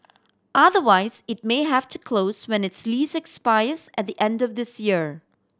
otherwise it may have to close when its lease expires at the end of this year